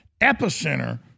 epicenter